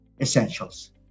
essentials